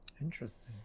interesting